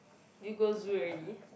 do you go zoo already